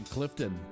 Clifton